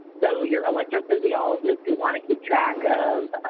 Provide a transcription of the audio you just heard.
so, your electrophysiologists who wanna keep track of